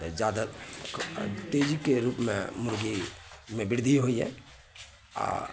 जादा तेजीके रूपमे मुर्गीमे बृद्धि होइए आ